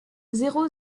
zéro